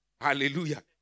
Hallelujah